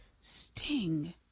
Sting